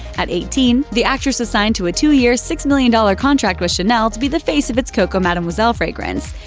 at eighteen, the actress was signed to a two-year, six million dollars contract with chanel to be the face of its coco mademoiselle fragrance.